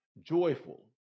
joyful